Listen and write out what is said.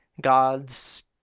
gods